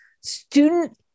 student